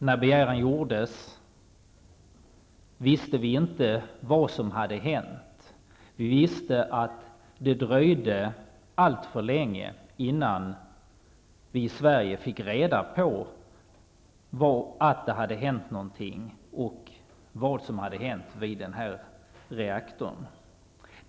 När begäran om den särskilda debatten gjordes visste vi inte vad som hade hänt. Vi visste att det dröjde allt för länge innan vi i Sverige fick reda på att det hade hänt något och vad som hade hänt vid reaktorn.